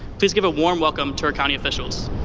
please give a warm welcome to our county officials.